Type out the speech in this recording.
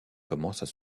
commencent